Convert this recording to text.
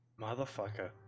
Motherfucker